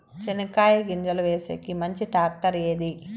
చెనక్కాయ గింజలు వేసేకి మంచి టాక్టర్ ఏది?